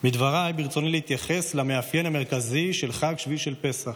בדבריי ברצוני להתייחס למאפיין המרכזי של חג שביעי של פסח.